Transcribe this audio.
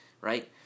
right